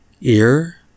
ear